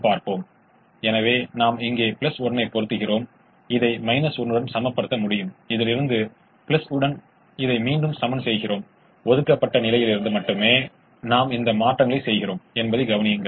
இப்போது நாம் முயற்சி செய்கிறோம் 60 இதை சற்று அதிகமாக்குகிறோம் நாம் முயற்சி செய்கிறோம் 60 6x3 18 என்பது 21 6x4 24 24 என்பதைக் கவனிக்கிறோம்